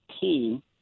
team